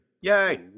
Yay